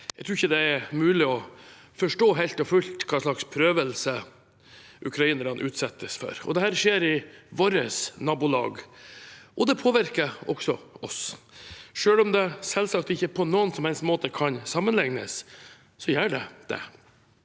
Jeg tror ikke det er mulig å forstå helt og fullt hvilke prøvelser ukrainerne utsettes for. Dette skjer i vårt nabolag, og det påvirker også oss. Selv om det selvsagt ikke på noen som helst måte kan sammenlignes, gjør det det.